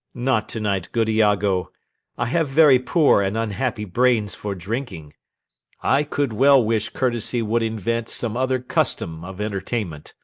not to-night, good iago i have very poor and unhappy brains for drinking i could well wish courtesy would invent some other custom of entertainment.